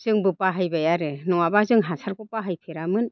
जोंबो बाहायबाय आरो नङाब्ला जों हासारखौ बाहायफेरामोन